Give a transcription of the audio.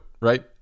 right